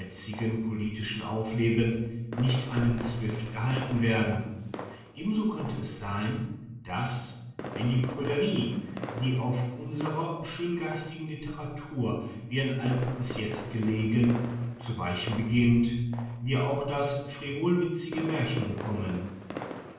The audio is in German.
jetzigen politischen aufleben nicht einen swift erhalten werden ebenso könnte es sein daß wenn die prüderie die auf unserer schöngeistigen literatur wie ein alp bis jetzt gelegen zu weichen beginnt wir auch das frivolwitzige märchen bekommen